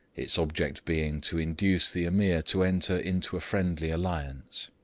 its object being to induce the ameer to enter into a friendly alliance.